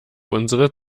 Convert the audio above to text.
unsere